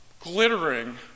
glittering